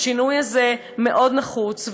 והשינוי הזה מאוד נחוץ.